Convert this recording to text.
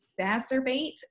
exacerbate